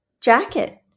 jacket